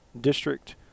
district